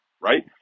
right